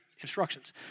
instructions